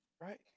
Right